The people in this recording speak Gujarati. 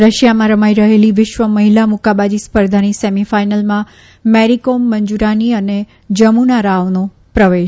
રશિયામાં રમાઇ રહેલી વિશ્વ મહિલા મુક્કાબાજી સ્પર્ધાની સેમીફાઇનલમાં મેરીકોમ મંજૂરાની અને જમુના રાવનો પ્રવેશ